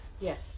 Yes